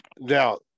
Now